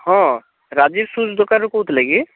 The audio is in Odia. ହଁ ରାଜୀବ ସୁଜ୍ ଦୋକାନରୁ କହୁଥିଲେ କି